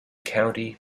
county